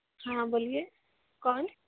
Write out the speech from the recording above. हाँ बोलिए कौन